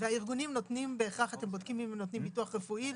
והארגונים נותנים בהכרח ביטוח רפואי,